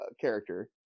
character